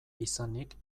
izanik